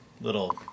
little